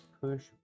push